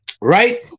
Right